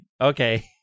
okay